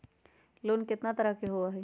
Loan केतना तरह के होअ हई?